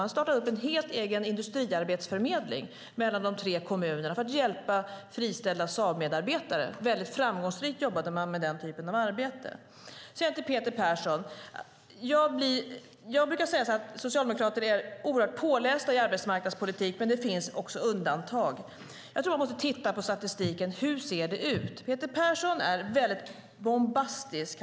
Man startade en helt egen industriarbetsförmedling mellan de tre kommunerna för att hjälpa friställda Saabmedarbetare. Man jobbade mycket framgångsrikt med detta. Jag ska sedan vända mig till Peter Persson. Jag brukar säga att socialdemokrater är oerhört pålästa i fråga om arbetsmarknadspolitik, men det finns också undantag. Jag tror att man måste titta i statistiken hur det ser ut. Peter Persson är mycket bombastisk.